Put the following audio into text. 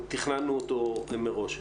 תכננו אותו מראש.